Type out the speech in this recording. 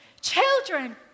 Children